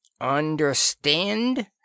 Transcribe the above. Understand